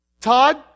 Todd